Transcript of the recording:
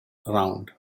round